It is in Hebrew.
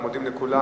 אנו מודים לכולם,